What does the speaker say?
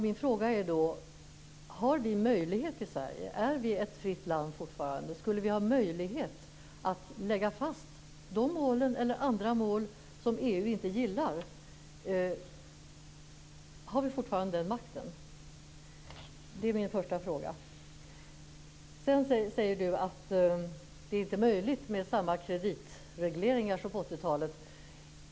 Min fråga är då: Har vi den möjligheten i Sverige? Är vi fortfarande ett fritt land? Skulle vi ha möjlighet att lägga fast dessa mål eller andra mål som EU inte gillar? Har vi fortfarande den makten? Det är min första fråga. Sedan säger Sven-Erik Österberg att det inte är möjligt med samma kreditregleringar som på 80-talet.